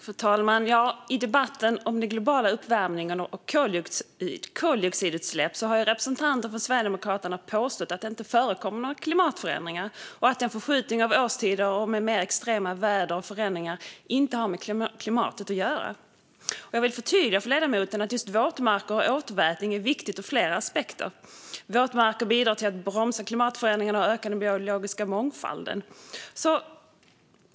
Fru talman! I debatten om den globala uppvärmningen och koldioxidutsläpp har representanter för Sverigedemokraterna påstått att det inte förekommer några klimatförändringar samt att förskjutning av årstider och mer extrema väderförändringar inte har med klimatet att göra. Jag vill förtydliga för ledamoten att just våtmarker och återvätning är viktigt ur flera aspekter. Våtmarker bidrar till att bromsa klimatförändringarna och öka den biologiska mångfalden.